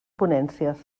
ponències